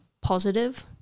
positive